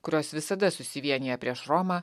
kurios visada susivienija prieš romą